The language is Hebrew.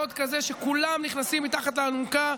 מאוד כזה שכולם נכנסים מתחת לאלונקה,